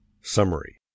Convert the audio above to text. Summary